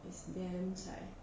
is then zai